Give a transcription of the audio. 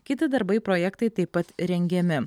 kiti darbai projektai taip pat rengiami